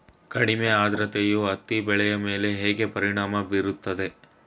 ಕಡಿಮೆ ಆದ್ರತೆಯು ಹತ್ತಿ ಬೆಳೆಯ ಮೇಲೆ ಹೇಗೆ ಪರಿಣಾಮ ಬೀರುತ್ತದೆ?